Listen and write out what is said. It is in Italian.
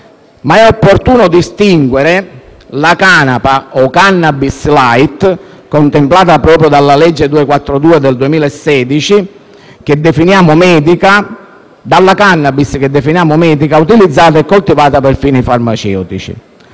Ma è opportuno distinguere la canapa o *cannabis light,* contemplata dalla legge n. 242 del 2016, dalla *cannabis* che definiamo medica, utilizzata e coltivata per fini farmaceutici.